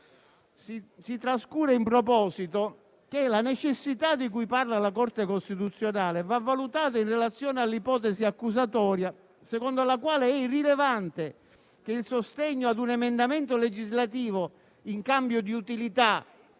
Si trascura in proposito che la necessità di cui parla la Corte costituzionale va valutata in relazione all'ipotesi accusatoria, secondo la quale è irrilevante che il sostegno ad un emendamento legislativo in cambio di utilità